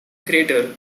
crater